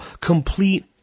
complete